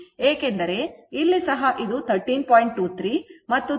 ಏಕೆಂದರೆ ಇಲ್ಲಿ ಸಹ ಇದು 13